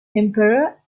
emperor